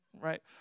right